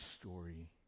story